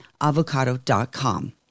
avocado.com